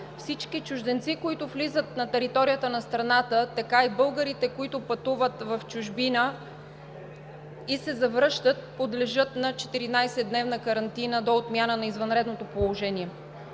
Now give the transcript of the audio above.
всички чужденци, които влизат на територията на страната, така и българите, които пътуват в чужбина и се завръщат, подлежат на 14-дневна карантина до отмяна на извънредното положение.